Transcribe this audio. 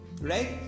right